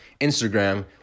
Instagram